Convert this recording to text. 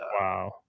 Wow